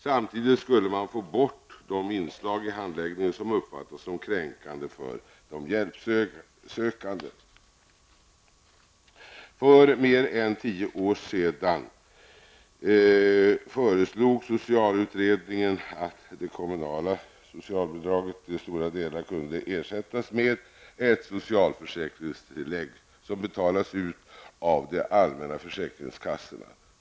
Samtidigt skulle man få bort de inslag i handläggningen som uppfattas som kränkande för de hjälpsökande. För mer än tio år sedan föreslog socialutredningen att det kommunala socialbidraget till stora delar skulle ersättas med ett socialförsäkringstillägg, som betalas ut av de allmänna försäkringskassorna.